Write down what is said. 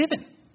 given